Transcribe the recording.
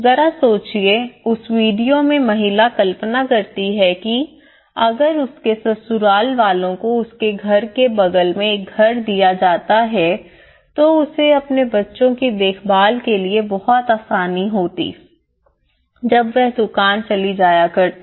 ज़रा सोचिए उस वीडियो में महिला कल्पना करती है कि अगर उसके ससुराल वालों को उसके घर के बगल में एक घर दिया जाता तो उसे अपने बच्चों की देखभाल के लिए बहुत आसान होता जब वह दुकान चली जाती